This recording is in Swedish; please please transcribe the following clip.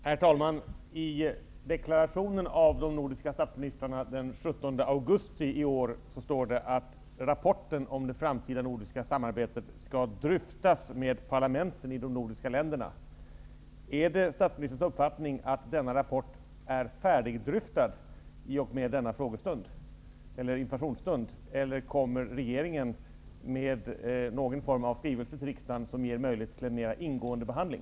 Herr talman! I deklarationen av de nordiska statsministrarna den 17 augusti i år står det att rapporten om det framtida nordiska samarbetet skall dryftas med parlamenten i de nordiska länderna. Är det statsministerns uppfattning att denna rapport är färdigdryftad i och med denna informationsstund, eller kommer regeringen med någon form av skrivelse till riksdagen, som ger möjlighet till en mera ingående behandling?